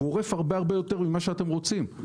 גורף הרבה יותר ממה שאתם רוצים,